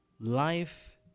Life